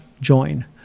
join